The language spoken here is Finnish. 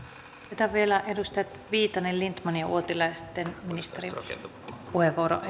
otetaan vielä edustajat viitanen lindtman ja uotila ja sitten ministerin puheenvuoro